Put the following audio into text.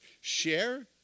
Share